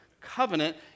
Covenant